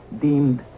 deemed